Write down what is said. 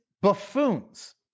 buffoons